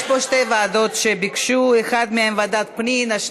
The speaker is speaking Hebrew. ביקשו פה שתי ועדות: אחת מהן היא ועדת הפנים והגנת הסביבה,